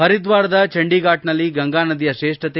ಹರಿದ್ದಾರದ ಚಂಡೀಘಾಟ್ ನಲ್ಲಿ ಗಂಗಾ ನದಿಯ ಶ್ರೇಷ್ಷತೆ